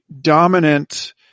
dominant